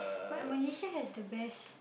but Malaysia has the best